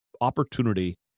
opportunity